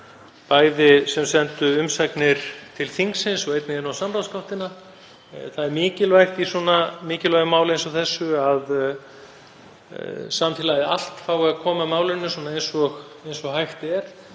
þeim sem sendu umsagnir til þingsins og einnig inn á samráðsgáttina. Það er mikilvægt í svona mikilvægu máli eins og þessu að samfélagið allt fái að koma að því eins og hægt er.